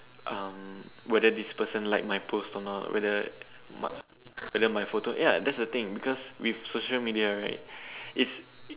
um whether this person like my post or not whether my whether my photo ya that's the thing because with social media right it's